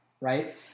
right